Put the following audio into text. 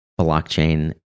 blockchain